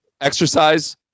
exercise